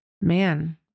Man